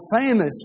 famous